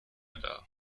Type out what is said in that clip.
dar